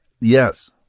yes